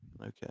Okay